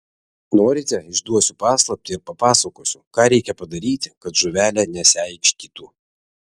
norite išduosiu paslaptį ir papasakosiu ką reikia padaryti kad žuvelė nesiaikštytų